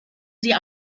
sie